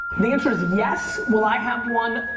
the answer is yes. will i have one?